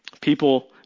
People